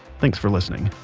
thanks for listening